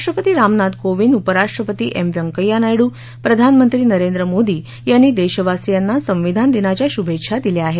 राष्ट्रपती रामनाथ कोविंद उपराष्ट्रपती एम व्यंकय्या नायडू प्रधानमंत्री नरेंद्र मोदी यांनी देशवासीयांना संविधान दिनाच्या श्भेच्छा दिल्या आहेत